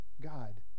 God